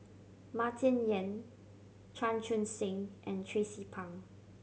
Martin Yan Chan Chun Sing and Tracie Pang